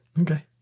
okay